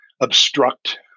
obstruct